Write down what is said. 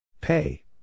Pay